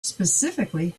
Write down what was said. specifically